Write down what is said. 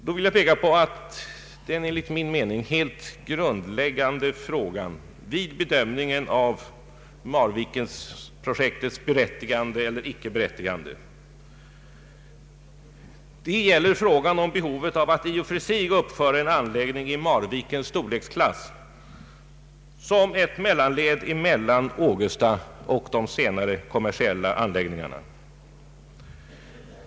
Jag vill peka på att den enligt min mening helt grundläggande frågan vid bedömningen av Marvikenprojektets berättigande eller icke berättigande är frågan om behovet att uppföra en anläggning i Marvikens storleksklass som ett mellanled mellan Ågesta och de senare kommersiella anläggningarna.